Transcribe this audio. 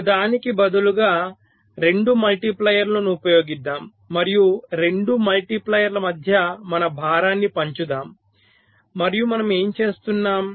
ఒకదానికి బదులుగా 2 మల్టిప్లైయర్లను ఉపయోగిద్దాం మరియు 2 మల్టిప్లైయర్ల మధ్య మన భారాన్ని పంచుదాం మరియు మనం ఏమి చేస్తున్నాం